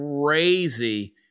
crazy